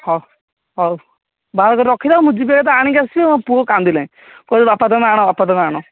ହଉ ହଉ ବାହାରକରି କି ରଖିଥାଅ ମୁଁ ଯିବି ଏହି ତ ଆଣିକି ଆସିବି ମୋ ପୁଅ କାନ୍ଦିଲାଣି କହୁଛି ବାପା ତୁମେ ଆଣ ବାପା ତୁମେ ଆଣ